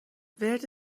ورد